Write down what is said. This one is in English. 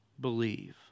believe